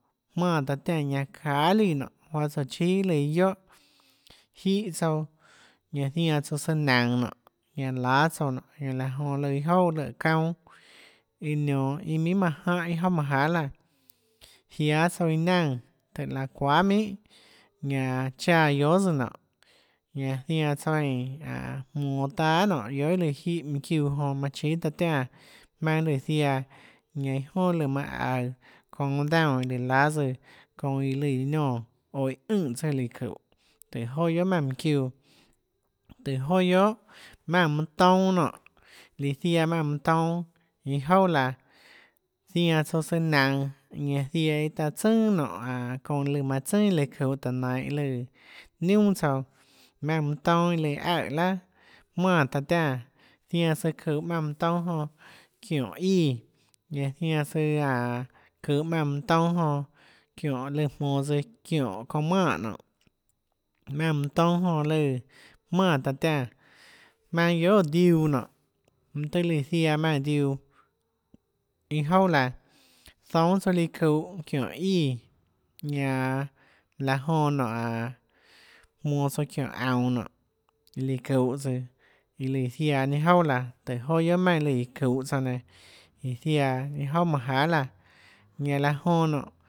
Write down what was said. Jmánã taã tiánã ñanã çahà líã nonê juáhã tsoå chíà iâ lùã iâ guióhà jíhã tsouã ñanã zianã tsouã søã naønå nonê ñanã láâ tsouã nonê ñanã laã jonã iâ jouâ lùã óå çaunâ iã nionã iâ minhà manã jánhã iâ jouà manâ jahà laã jiáâ tsouã iã naùnã tùhå laã çuahà minhà ñanã chaã guiohàs nonê ñanã zianã tsouã eínã a åjmonå taâ guiohà nonê guiohà iã líã jínhã mønã çiuã jonã manã chíâ taã tiánã jmaønâ lùã ziaã ñanã â jonà lù manã aøå çounã aâ daúnã iâ lùã láâ tsøã çounã iã lùã niónã oå iã ønè tsùã lù çúhå tùhå joà guiohà maùnã mønã çiuã tùhå joà guiohà maùnã mønã tounâ nonê lùã ziaã maùnã mønã tounâ iâ jouà laã zianã tsouã søã naønå ñanã ziaã nonê iâ taã tsønà nonê aå çounã lùã manã tsønà iã çuhå tùhå nainhå lù niunà tsouã maùnã mønã tounâ iã lùã aøè iã laà jmánã taã tiánã zianã tsøã çuhå maùnã mønã tounâ jonã çiónhå íã ñanã zianã søã aå çuhå maùnã mønã tounâ jonã çiónhå lùã jmonå tsøã çiónhå çounã manè nonê maùnã mønã tounâ jonã lù jmánã taã tiánã jmaønâ guiohà diuã nonê mønâ tøhê lùã ziaã maùnã mønâ diuã iâ jouà laã zoúnâ tsouã líã çuhå çiónhå íã ñanã laã jonã nonê aå jmonå tsouã çiónhå aunå nonê líã çuhå tsøã iâ lùã ziaã ninâ jouà laã tùhå joà guiohà maùnã líã çuhå tsouã nenã iã ziaã ninâ jouâ manâ jahà laã ñanã laã jonã nonê